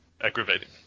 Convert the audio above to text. Aggravating